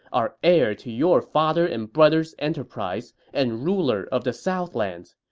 are heir to your father and brother's enterprise and ruler of the southlands.